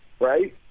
right